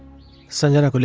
sanjana.